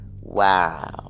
wow